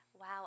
Wow